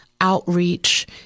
outreach